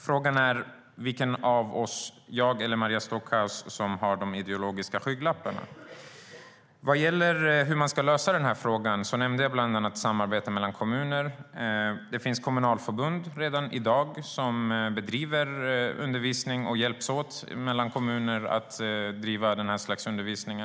Frågan är vem av oss, jag eller Maria Stockhaus, som har de ideologiska skygglapparna. Vad gäller hur man ska lösa den här frågan nämnde jag bland annat samarbete mellan kommuner. Det finns redan i dag kommunalförbund som bedriver undervisning, och man hjälps åt mellan kommuner att bedriva detta slags undervisning.